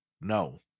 No